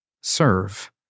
serve